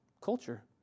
culture